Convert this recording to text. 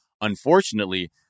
Unfortunately